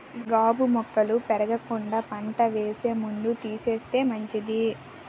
గాబు మొక్కలు పెరగకుండా పంట వేసే ముందు తీసేస్తే మంచిది